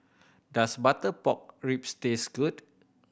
does butter pork ribs taste good